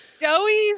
Joey's